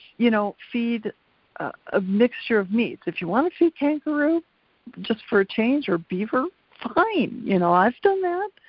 you know feed a mixture of meats. if you wanna feed kangaroo just for a change or beaver, fine, you know i've done that.